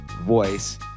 voice